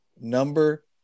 number